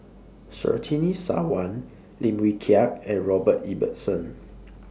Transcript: Surtini Sarwan Lim Wee Kiak and Robert Ibbetson